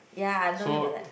ya I'm talking about that